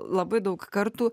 labai daug kartų